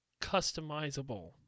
customizable